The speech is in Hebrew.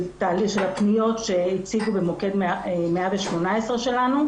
תהליך של הפניות שהציגו במוקד 118 שלנו,